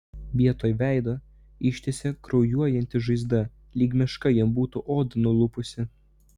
vietoj veido ištisa kraujuojanti žaizda lyg meška jam būtų odą nulupusi